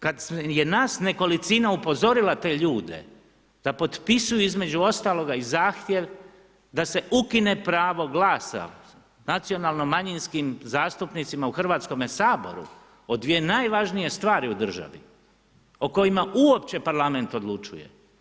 Kada je nas nekolicina upozorila te ljude da potpisuju između ostalog i zahtjev da se ukine pravo glasa, nacionalno manjinskim zastupnicima u Hrvatskom saboru od dvije najvažnije stvari u državi o kojima uopće Parlament odlučuje.